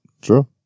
true